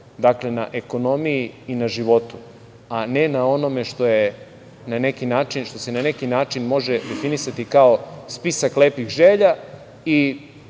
dakle na ekonomiji i na životu, a ne na onome što se na neki način može definisati kao spisak lepih želja i